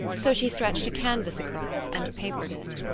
so she stretched a canvas across and papered it.